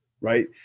right